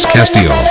Castillo